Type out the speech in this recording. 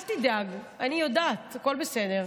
אל תדאג, אני יודעת, הכול בסדר.